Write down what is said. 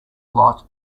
lot